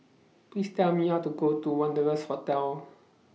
Please Tell Me How to Go to Wanderlust Hotel